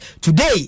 today